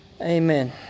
Amen